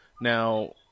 Now